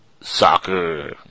soccer